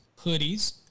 hoodies